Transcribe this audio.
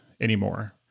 anymore